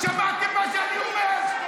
שמעתם מה שאני אומר?